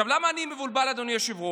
עכשיו, למה אני מבולבל, אדוני היושב-ראש?